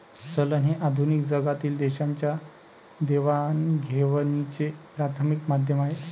चलन हे आधुनिक जगातील देशांच्या देवाणघेवाणीचे प्राथमिक माध्यम आहे